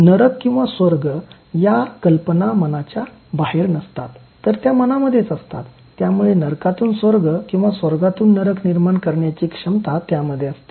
त्यामुळे नरक किंवा स्वर्ग या कल्पना मनाच्या बाहेर नसतात तर त्या मनामध्येच असतात त्यामुळे नरकातून स्वर्ग किंवा स्वर्गातून नरक निर्माण करण्याची क्षमता त्यामध्ये असते